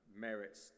merits